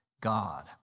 God